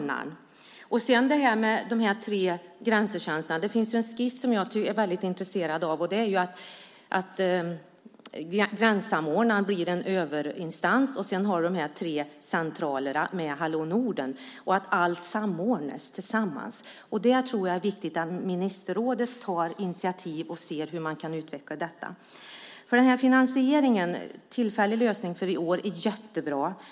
När det gäller de tre grensetjänsterna finns det en skiss som jag är väldigt intresserad av, nämligen att gränssamordnaren blir en överinstans över de tre centralerna Hallå Norden och att allt samordnas. Där tror jag att det är viktigt att ministerrådet tar initiativ till att se hur detta kan utvecklas. Finansieringen som är en tillfällig lösning för i år är jättebra.